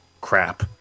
crap